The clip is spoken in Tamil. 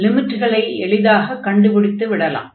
லிமிட்டுகளை எளிதாகக் கண்டுபிடித்து விடலாம்